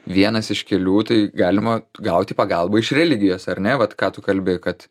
vienas iš kelių tai galima gauti pagalbą iš religijos ar ne vat ką tu kalbi kad